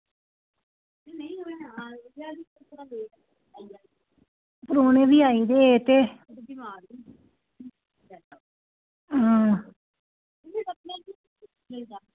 परौहने बी आई दे हे ते आं